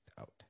out